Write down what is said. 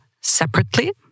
separately